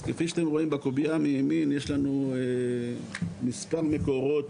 אז כפי שאתם רואים בקובייה מימין יש לנו מספר מקורות